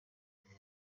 sykje